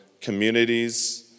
communities